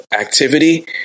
activity